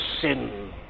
sin